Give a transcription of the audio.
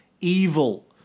evil